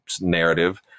narrative